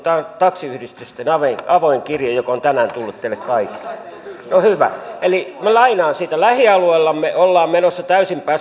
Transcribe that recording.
taksiyhdistysten avoin avoin kirje joka on tänään tullut teille kaikille no hyvä eli minä lainaan sitä lähialueillamme ollaan menossa täysin